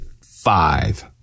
Five